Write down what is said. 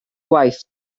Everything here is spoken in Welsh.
gwaith